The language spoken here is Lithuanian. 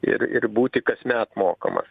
ir ir būti kasmet mokamas